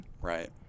Right